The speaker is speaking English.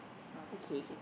okay